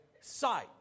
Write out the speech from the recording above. sight